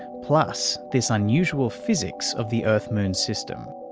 plus this unusual physics of the earth-moon system?